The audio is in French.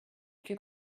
plus